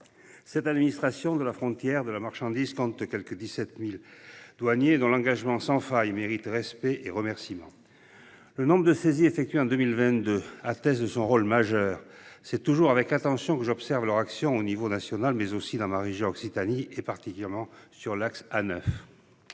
Cette administration de la frontière et de la marchandise compte quelque 17 000 douaniers, dont l’engagement sans faille mérite respect et remerciements. Le nombre de saisies effectuées en 2022 atteste de son rôle majeur. C’est toujours avec attention que j’observe leur action, à l’échelon national, mais aussi dans ma région Occitanie, particulièrement sur l’axe de